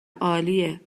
عالیه